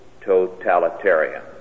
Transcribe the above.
totalitarian